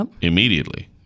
immediately